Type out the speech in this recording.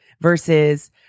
Versus